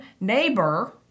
neighbor